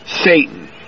Satan